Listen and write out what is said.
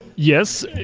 yes.